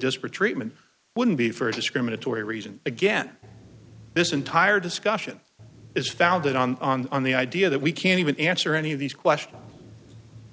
disparate treatment wouldn't be for a discriminatory reason again this entire discussion is founded on the idea that we can't even answer any of these questions